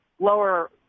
lower